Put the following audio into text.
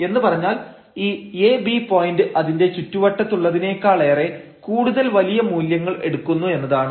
എന്ന് പറഞ്ഞാൽ ഈ ab പോയന്റ് അതിന്റെ ചുറ്റുവട്ടത്തുള്ളതിനേക്കാളേറെ കൂടുതൽ വലിയ മൂല്യങ്ങൾ എടുക്കുന്നു എന്നതാണ്